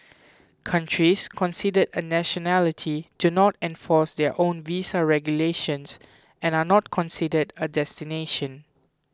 countries considered a nationality do not enforce their own visa regulations and are not considered a destination